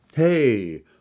Hey